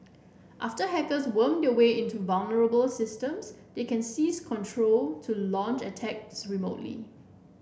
after hackers worm their way into vulnerable systems they can seize control to launch attacks remotely